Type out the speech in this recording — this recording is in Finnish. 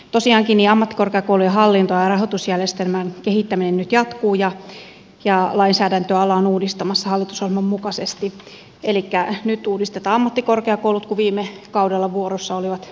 tosiaankin ammattikorkeakoulujen hallinto ja rahoitusjärjestelmän kehittäminen nyt jatkuu ja lainsäädäntöä ollaan uudistamassa hallitusohjelman mukaisesti elikkä nyt uudistetaan ammattikorkeakoulut kun viime kaudella vuorossa olivat yliopistot